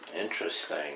interesting